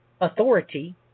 authority